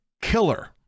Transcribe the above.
killer